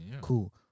Cool